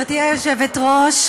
גברתי היושבת-ראש,